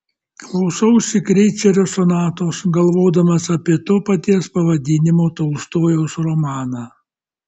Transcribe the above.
klausausi kreicerio sonatos galvodamas apie to paties pavadinimo tolstojaus romaną